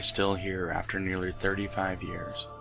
still here after nearly thirty five years?